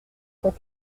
cent